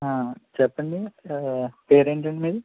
చెప్పండి పేరేంటండి మీది